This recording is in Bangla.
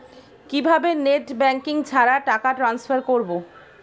কিভাবে নেট ব্যাংকিং ছাড়া টাকা টান্সফার করব?